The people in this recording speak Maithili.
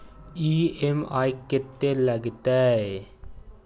ई.एम.आई कत्ते लगतै?